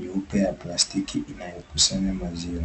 nyeupe ya plastiki inayokusanya maziwa.